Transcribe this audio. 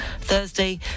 Thursday